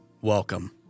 Welcome